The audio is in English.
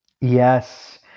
Yes